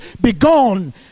begone